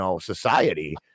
society